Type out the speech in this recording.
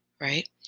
right